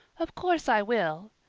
of course i will,